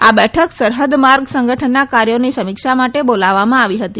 આ બેઠક સરહદ માર્ગ સંગઠનના કાર્યોની સમીક્ષા માટે બોલાવવામાં આવી હતી